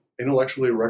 intellectually